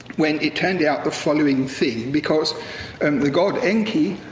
when it turned out the following thing. because and the god, enki,